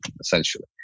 essentially